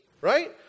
right